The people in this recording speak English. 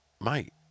mate